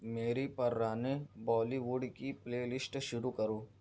میری پررانے Bollywood کی پلے لیسٹ شروع کرو